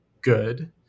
Good